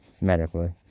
medically